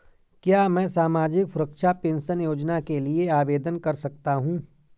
क्या मैं सामाजिक सुरक्षा पेंशन योजना के लिए आवेदन कर सकता हूँ?